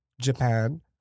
Japan